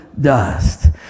dust